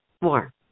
more